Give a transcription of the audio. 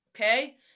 Okay